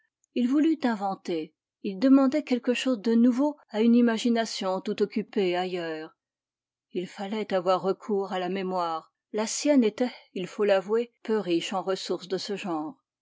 il voulut inventer il demandait quelque chose de nouveau à une imagination tout occupée ailleurs il fallait avoir recours à la mémoire la sienne était il faut l'avouer peu riche en ressources de ce genre